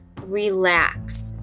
relax